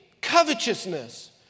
covetousness